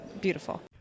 beautiful